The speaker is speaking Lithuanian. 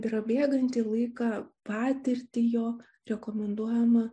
prabėgantį laiką patirtį jo rekomenduojama